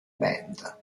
band